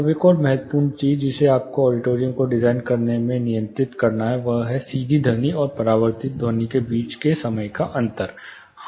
अब एक महत्वपूर्ण चीज जिसे आपको ऑडिटोरियम को डिजाइन करने में नियंत्रित करना है वह है सीधी ध्वनि और परावर्तित ध्वनि के बीच का समय अंतर